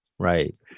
right